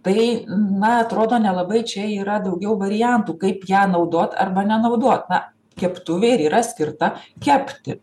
tai na atrodo nelabai čia yra daugiau variantų kaip ją naudot arba nenaudot na keptuvė ir yra skirta kepti